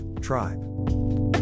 tribe